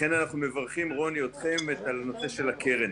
לכן אנחנו מברכים אתכם, רוני, על נושא הקרן.